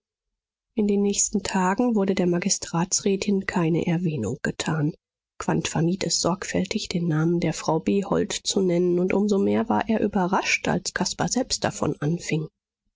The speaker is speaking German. in den nächsten tagen wurde der magistratsrätin keine erwähnung getan quandt vermied es sorgfältig den namen der frau behold zu nennen um so mehr war er überrascht als caspar selbst davon anfing